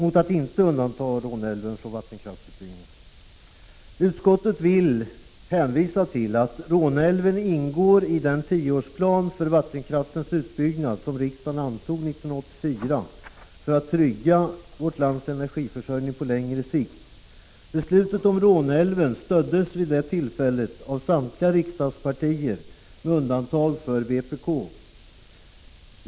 Utskottet vill för sin del hänvisa till att Råneälven ingår i den tioårsplan för vattenkraftens utbyggnad som riksdagen antog 1984 för att trygga vårt lands energiförsörjning på längre sikt. Beslutet om Råneälven stöddes vid detta tillfälle av samtliga riksdagspartier med undantag för vpk.